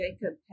Jacob